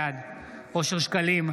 בעד אושר שקלים,